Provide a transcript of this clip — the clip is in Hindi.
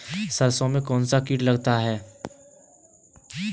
सरसों में कौनसा कीट लगता है?